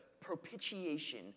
propitiation